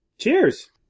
cheers